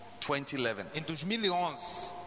2011